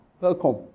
welcome